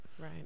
Right